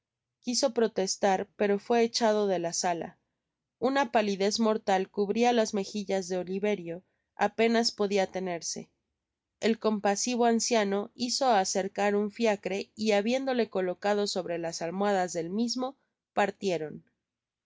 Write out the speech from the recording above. quiso protestar pero fué hechadode la sala tjna palidez mortal cubria las mejillas de oliverio penas podia tenerse el compasivo anciano hizo acercar un fiacre y habiéndole colocado sobre las almohadas del mismo partieron